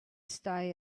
stay